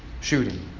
shooting